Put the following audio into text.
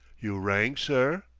you rang, sir?